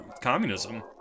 communism